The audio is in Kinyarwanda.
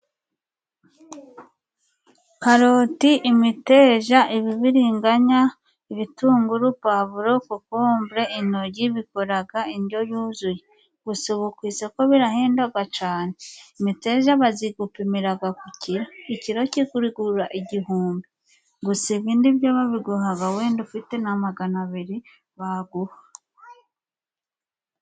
Karoti, imiteja, ibibiriganya, ibitunguru, puwavuro, kokomble, intogi bikoraga indyo yuzuye. Gusa ubu ku isoko birahendaga cane, imiteja bazigupimiraga ku kiro, ikiro kiri kuguraga igihumbi. Gusa ibindi byo babiguhaga wenda ufite nka magana abiri baguha.